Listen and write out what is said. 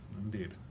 Indeed